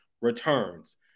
returns